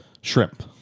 shrimp